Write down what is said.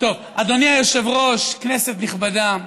אדוני היושב-ראש, כנסת נכבדה,